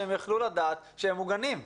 שהם יוכלו לדעת שהם מוגנים.